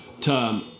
term